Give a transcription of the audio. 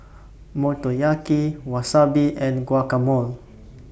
Motoyaki Wasabi and Guacamole